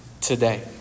today